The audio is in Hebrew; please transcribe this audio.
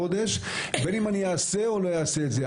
החודש בין אם אני אעשה או לא אעשה את זה.